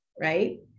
right